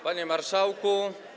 Panie Marszałku!